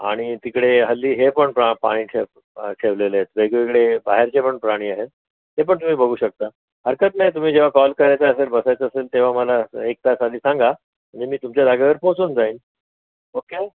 आणि तिकडे हल्ली हेपण प्रा पाणी ठेवलेले आहेत वेगवेगळे बाहेरचेपण प्राणी आहेत तेपण तुम्ही बघू शकता हरकत नाही तुम्ही जेव्हा कॉल करायचा असेल बसायचं असेल तेव्हा मला एक तास आधी सांगा मी मी तुमच्या जाग्यावर पोचून जाईन ओके